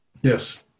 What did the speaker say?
Yes